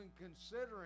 considering